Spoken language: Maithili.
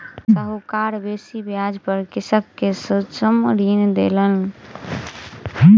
साहूकार बेसी ब्याज पर कृषक के सूक्ष्म ऋण देलैन